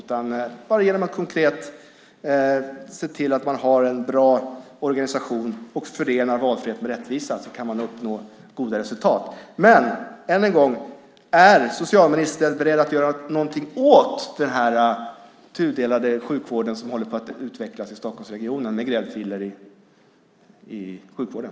Genom att bara konkret se till att ha en bra organisation och förena valfrihet med rättvisa kan man uppnå goda resultat. Än en gång: Är socialministern beredd att göra någonting åt den tudelade sjukvård som håller på att utvecklas i Stockholmsregionen med gräddfiler i sjukvården?